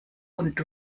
und